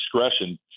discretion